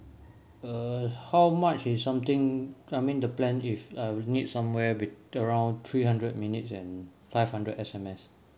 err how much is something I mean the plan if I need somewhere bet~ around three hundred minutes and five hundred S_M_S